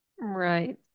Right